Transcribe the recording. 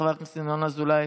חבר הכנסת ינון אזולאי.